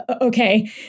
okay